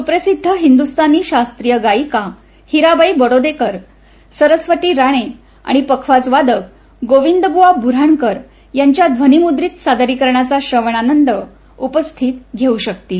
सुप्रसिद्ध हिंदुस्थानी शास्त्रीय गायिका हिराबाई बडोदेकर सरस्वती राणे आणि पखवाजवादक गोविंदब्वा ब्र ्हाणप्रकर यांच्या ध्वनिमुद्रीत सादरीकरणाचा श्रवणानंद उपस्थित घेऊ शकतील